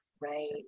right